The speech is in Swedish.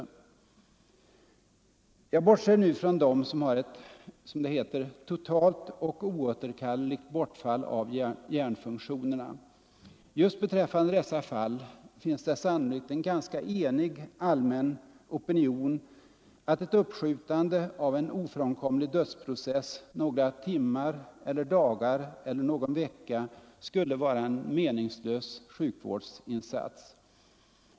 Jag bortser nu från dem som har ett ”totalt och oåterkalleligt bortfall av hjärnfunktionerna”. Just beträffande dessa fall finns det sannolikt en ganska enig allmän opinion — att ett uppskjutande av en ofrånkomlig dödsprocess några timmar eller dagar eller någon vecka skulle vara en meningslös sjukvårdsinsats.